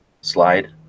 slide